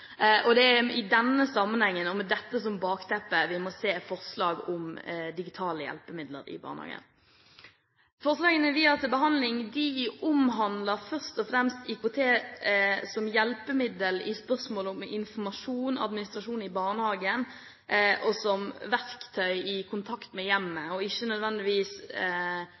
ressurs. Det er i denne sammenheng og med dette som bakteppe vi må se forslaget om digitale hjelpemidler i barnehagen. Forslagene vi har til behandling, omhandler først og fremst IKT som hjelpemiddel i tilknytning til informasjon og administrasjon i barnehagen og som verktøy i kontakt med hjemmet, og ikke nødvendigvis